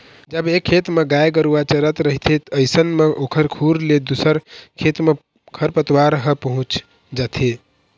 जब एक खेत म गाय गरुवा चरत रहिथे अइसन म ओखर खुर ले दूसर खेत म खरपतवार ह पहुँच जाथे